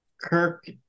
Kirk